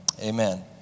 Amen